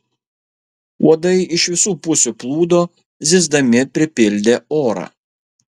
uodai iš visų pusių plūdo zyzdami pripildė orą